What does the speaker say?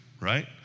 right